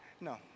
No